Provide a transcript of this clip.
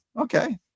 okay